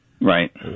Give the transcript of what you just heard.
Right